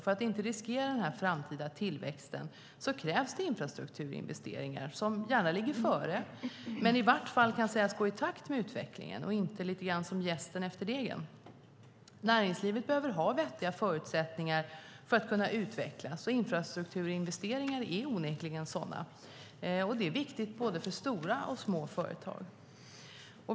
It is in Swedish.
För att inte riskera den framtida tillväxten krävs det därför infrastrukturinvesteringar som gärna ligger före, och i vart fall kan sägas gå i takt med utvecklingen, inte vara som jästen efter degen. Näringslivet behöver ha vettiga förutsättningar för att kunna utvecklas, och infrastrukturinvesteringar är onekligen det. Det är viktigt både för stora och små företag.